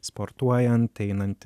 sportuojant einant